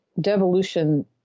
devolution